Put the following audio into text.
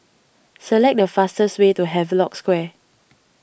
select the fastest way to Havelock Square